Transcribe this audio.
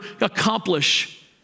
accomplish